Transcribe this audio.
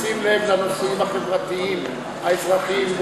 לשים לב לנושאים החברתיים האזרחיים,